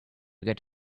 get